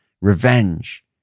Revenge